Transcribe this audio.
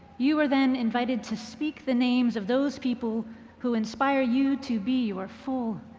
you are then invited to speak the names of those people who inspire you to be your full,